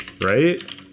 right